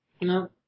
No